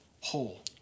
whole